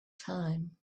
time